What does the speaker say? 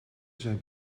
zijn